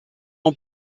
ans